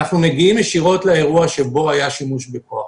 אנחנו מגיעים ישירות לאירוע שבו היה שימוש בכוח,